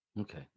Okay